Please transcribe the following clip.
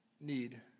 need